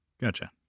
Gotcha